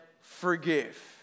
forgive